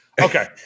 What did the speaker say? Okay